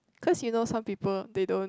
cause you know some people they don't